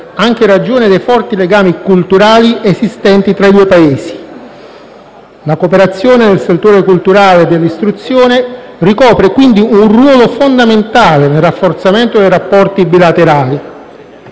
anche in ragione dei forti legami culturali esistenti tra i due Paesi. La cooperazione nel settore culturale e dell'istruzione ricopre quindi un ruolo fondamentale nel rafforzamento dei rapporti bilaterali.